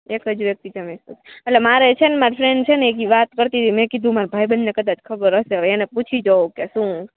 એકજ વ્યક્તિ જમી શકે એટલે મારે છેને મારી ફ્રેન્ડ છેને એક ઇ વાત કરતી તી મે કીધું મારા ભાઈબંધને કદાચ ખબર હશે હવે એને પૂછી જોઉ કે શું